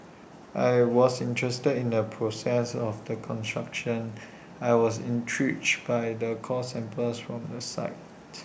I was interested in the process of the construction I was intrigued by the core samples from the site